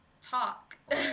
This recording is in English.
talk